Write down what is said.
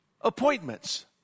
appointments